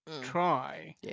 try